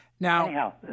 Now